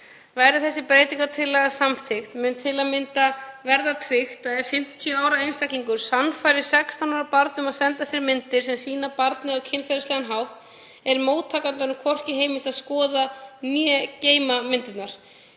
Verði þessi breytingartillaga samþykkt mun til að mynda verða tryggt að ef 50 ára einstaklingur sannfærir 16 ára barn um að senda sér myndir sem sýna barnið á kynferðislegan hátt er móttakandanum hvorki heimilt að skoða né geyma myndirnar.